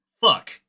Fuck